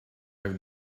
have